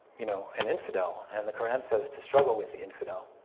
you know an infidel, and the quran says to struggle with the infidel.